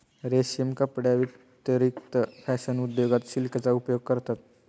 रेशीम कपड्यांव्यतिरिक्त फॅशन उद्योगात सिल्कचा उपयोग करतात